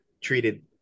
treated